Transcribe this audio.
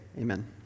amen